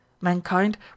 mankind